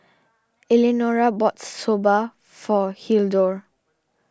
Eleanora bought Soba for Hildur